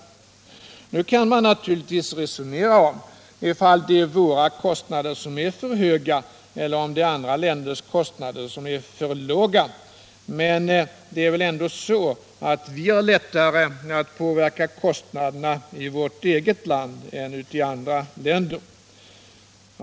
Man kan naturligtvis resonera om ifall det är våra kostnader som är för höga eller om andra länders kostnader är för låga, men vi har väl ändå lättare att påverka kostnaderna i vårt eget land än i andra länder.